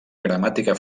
gramàtica